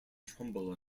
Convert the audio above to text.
trumbull